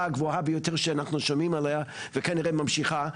הגבוהה ביותר שאנחנו שומעים עליה וכנראה ממשיכה,